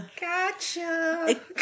Gotcha